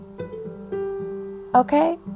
Okay